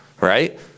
right